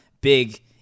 big